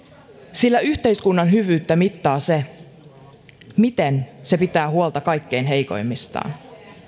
sillä yhteiskunnan hyvyyttä mittaa se miten se pitää huolta kaikkein heikoimmistaan